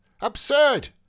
Absurd